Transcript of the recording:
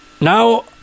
Now